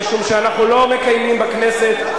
משום שאנחנו לא מקיימים בכנסת,